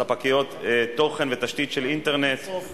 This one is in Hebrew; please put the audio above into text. תודה רבה.